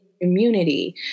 immunity